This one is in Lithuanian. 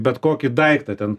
bet kokį daiktą ten